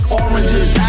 oranges